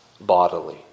bodily